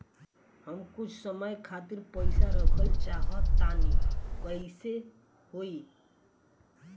हम कुछ समय खातिर पईसा रखल चाह तानि कइसे होई?